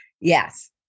Yes